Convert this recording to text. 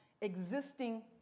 existing